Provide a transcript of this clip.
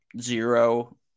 zero